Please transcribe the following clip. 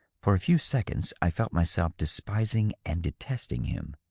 for a few seconds i felt myself despising and detesting him.